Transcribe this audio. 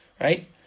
right